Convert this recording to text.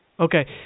Okay